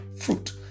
fruit